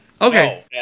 Okay